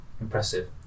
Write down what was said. impressive